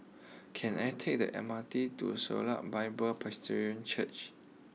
can I take the M R T to Shalom Bible Presbyterian Church